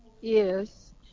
yes